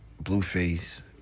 Blueface